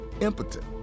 impotent